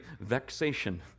vexation